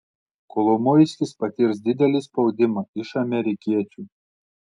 kolomoiskis patirs didelį spaudimą iš amerikiečių